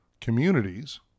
communities